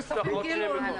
נוספים?